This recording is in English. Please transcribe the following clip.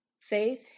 Faith